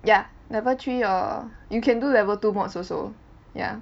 ya level three or you can do level two mods also ya